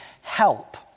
help